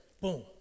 boom